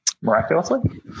miraculously